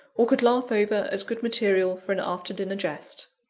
or could laugh over as good material for an after-dinner jest.